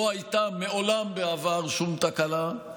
לא הייתה מעולם בעבר שום תקלה,